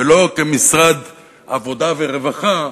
ולא כמשרד עבודה ורווחה,